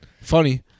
Funny